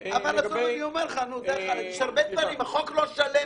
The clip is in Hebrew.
עוד הרבה דברים, החוק לא שלם.